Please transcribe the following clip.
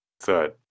Third